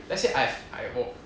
let's say I've I 我